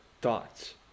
thoughts